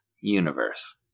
Universe